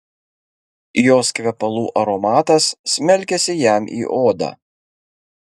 jos kvepalų aromatas smelkėsi jam į odą